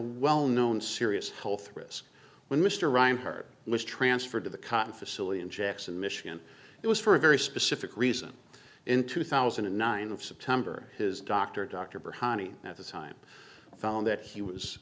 well known serious health risk when mr rymer was transferred to the cotton facility in jackson michigan it was for a very specific reason in two thousand and nine of september his doctor dr honey at the time found that he was